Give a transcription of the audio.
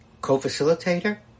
co-facilitator